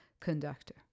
conductor